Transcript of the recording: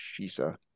Shisa